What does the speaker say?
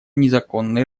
незаконный